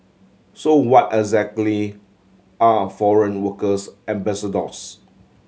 so what exactly are foreign workers ambassadors